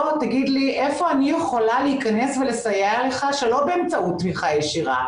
תגיד לי איפה אני יכולה להיכנס ולסייע לך שלא באמצעות תמיכה ישירה.